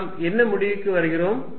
நாம் என்ன முடிவுக்கு வருகிறோம்